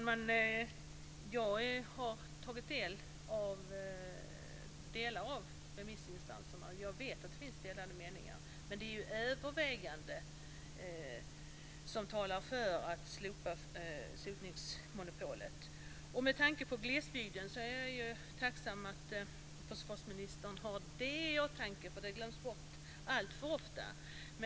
Fru talman! Jag har tagit del av delar av remissinstansernas svar, och jag vet att det finns delade meningar. Men det är en övervägande del som talar för att slopa sotningsmonopolet. Med tanke på glesbygden är jag tacksam att försvarsministern har detta i åtanke, för det glöms bort alltför ofta.